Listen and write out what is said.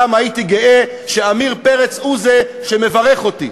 גם הייתי גאה שעמיר פרץ הוא זה שמברך אותי.